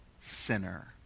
sinner